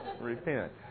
Repent